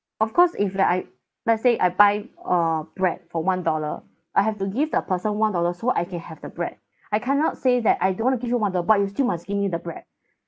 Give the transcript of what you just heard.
of course if like I let's say I buy uh bread for one dollar I have to give the person one dollar so I can have the bread I cannot say that I don't want to give you one dollar but you still must give me the bread